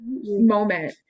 moment